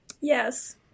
Yes